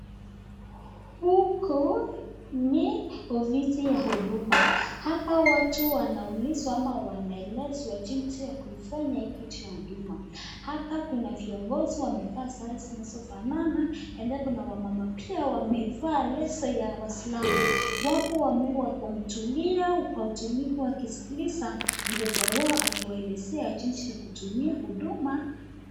Huku ni ofisi ya huduma. Hapa watu wanaulizwa ama wanaelezwa jinsi ya kuifanya hii kitu ya huduma. Hapa kuna viongozi wamevaa sare zinazofanana na kuna wamama pia wamevaa leso ya waislamu. Wako wametulia kwa utulivu wakiskiliza mkubwa wao akiwaelezea jinsi ya kutumia huduma.